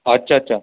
अच्छा अच्छा